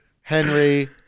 Henry